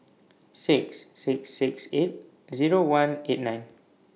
six six six eight Zero one eight nine